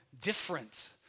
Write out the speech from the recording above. different